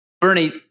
Bernie